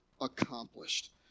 accomplished